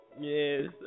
Yes